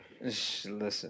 Listen